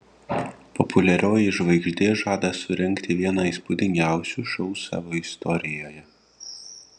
populiarioji žvaigždė žada surengti vieną įspūdingiausių šou savo istorijoje